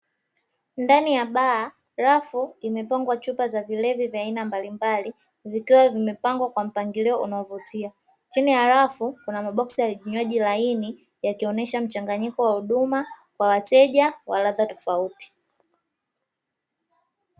Ndani ya baa rafu imepangwa chupa za vilevi vya aina mbalimbali vikiwa vimepangwa kwa mpangilio unaovutia, chini ya rafu kuna maboksi ya vinywaji laini yakionesha mchanganyiko wa huduma kwa wateja wa ladha tofauti.